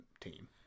team